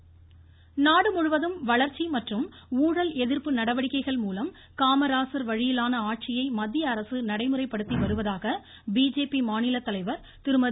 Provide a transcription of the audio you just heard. தமிழிசை நாடு முழுவதும் வளர்ச்சி மற்றும் ஊழல் எதிர்ப்பு நடவடிக்கைகள்மூலம் காமராஜர் வழியிலான ஆட்சியை மத்தியஅரசு நடைமுறைப்படுத்தி வருவதாக பிஜேபி மாநில தலைவர் திருமதி